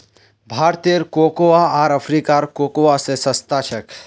भारतेर कोकोआ आर अफ्रीकार कोकोआ स सस्ता छेक